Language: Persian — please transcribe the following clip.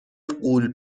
غول